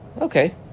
Okay